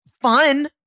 fun